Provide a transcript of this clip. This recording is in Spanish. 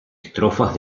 estrofas